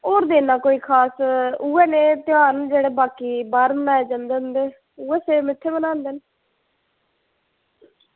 होर निं ऐ खास बाकी उऐ नेह् न जो बाहर मनाए जंदे ते इत्थें सेम मनाए जंदे न